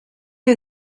you